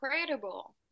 incredible